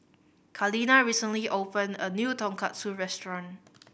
Kaleena recently opened a new Tonkatsu Restaurant